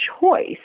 choice